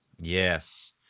Yes